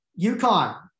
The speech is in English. UConn